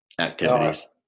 activities